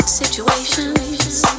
situations